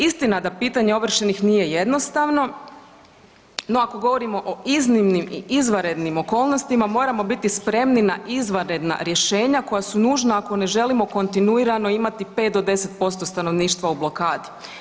Istina da pitanje ovršenih nije jednostavno, no ako govorimo o iznimnim i izvanrednim okolnostima moramo biti spremni na izvanredna rješenja koja su nužna ako ne želimo kontinuirano imati 5 do 10% stanovništva u blokadi.